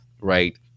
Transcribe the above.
right